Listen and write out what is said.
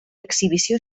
exhibició